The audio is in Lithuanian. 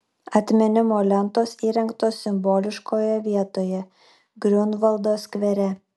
atminimo lentos įrengtos simboliškoje vietoje griunvaldo skvere